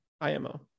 IMO